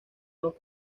los